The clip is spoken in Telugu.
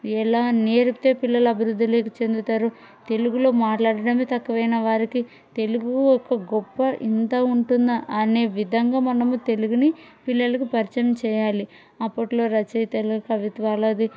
ఎలా నేర్పితే పిల్లలు అభివృద్ధిలోకి చెందుతారు తెలుగులో మాట్లాడడమే తక్కువైన వారికి తెలుగు ఒక గొప్ప ఎంత ఉంటుందా అనే విధంగా మనము తెలుగుని పిల్లలకు పరిచయం చేయాలి అప్పట్లో రచయితలు కవిత్వాల అది